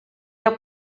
are